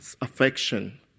affection